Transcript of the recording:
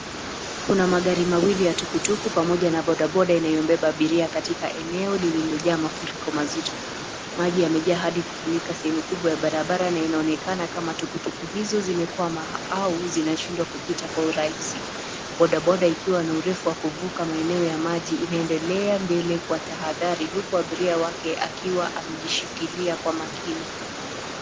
Kuna magari mawili ya tukutuku pamoja na bodaboda inayombeba abiria katika eneo lililojaa mafuriko mazito. Maji yamejaa hadi kufunika sehemu kubwa ya barabara na inaonekana kama tukutuku hizo zimekwama au zinashindwa kupita kwa urahisi. Bodaboda ikiwa na urefu wa kuvuka maeneo ya maji, inaendelea mbele kwa tahadhari huku abiria wake akiwa amejishikilia kwa makini.